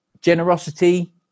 generosity